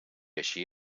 així